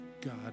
God